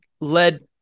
led